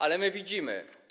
Ale my widzimy.